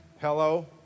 Hello